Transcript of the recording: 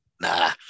Nah